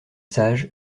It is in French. sage